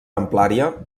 amplària